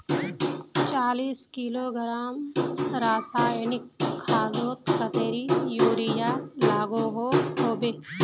चालीस किलोग्राम रासायनिक खादोत कतेरी यूरिया लागोहो होबे?